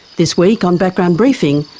this week on background briefing,